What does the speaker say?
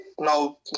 No